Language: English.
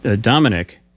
Dominic